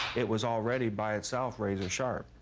it was already, by itself, razor-sharp.